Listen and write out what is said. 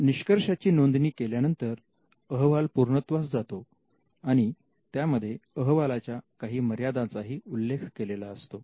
निष्कर्षांची नोंदणी केल्यानंतर अहवाल पूर्णत्वास जातो आणि त्यामध्ये अहवालाच्या काही मर्यादा चाही उल्लेख केलेला असतो